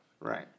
Right